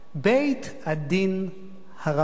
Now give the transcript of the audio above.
בית-הדין הרבני.